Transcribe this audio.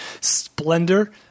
splendor